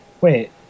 Wait